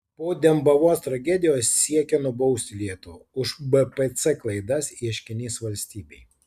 po dembavos tragedijos siekia nubausti lietuvą už bpc klaidas ieškinys valstybei